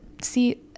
see